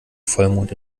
vollmond